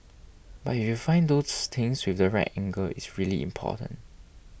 but if you find those things with the right angle it's really important